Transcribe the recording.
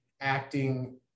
acting